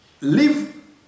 Live